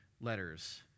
letters